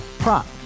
Prop